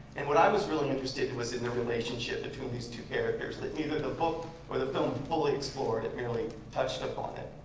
and what i was really interested was in the relationship between these two characters that neither the book or the film could fully explore. it it merely touched upon it.